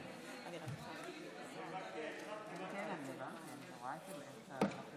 הצעה לסדר-היום בדבר הצורך בהקמת ועדת חקירה פרלמנטרית